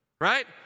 Right